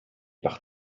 par